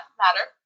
matter